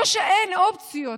לא שאין אופציות